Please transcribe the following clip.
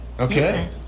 Okay